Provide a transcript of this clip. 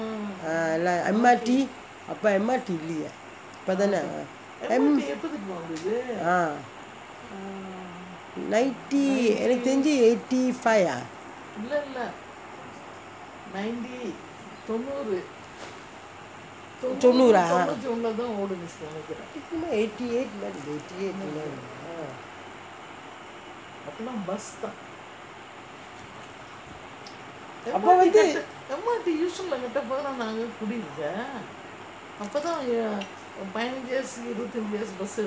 ah எல்லா:ella M_R_T அப்ப:appe M_R_T இல்லயே இப்பதானே:illayae ippa thanae ah ninety எனக்கு தெரிஞ்சி:enakku terinji eighty five ah தொண்ணுறு:thonnooru ah எனக்கு என்னமோ:enakku ennamo eighty eight மாதிரி இருக்கு அப்போ வந்து:maathiri irukku appo vanthu